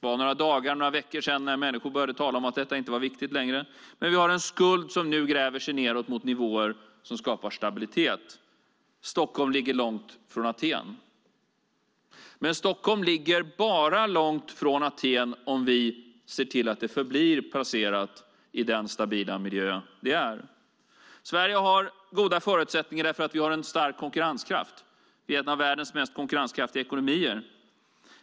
Bara för några veckor sedan började människor tala om att detta inte längre var viktigt, men vi har en skuld som nu gräver sig nedåt mot nivåer som skapar stabilitet. Stockholm ligger långt från Aten. Men Stockholm ligger bara långt från Aten om vi ser till att det förblir placerat i den stabila miljö vi är. Sverige har goda förutsättningar därför att vi har en stark konkurrenskraft. Vi är en av världens mest konkurrenskraftiga ekonomier.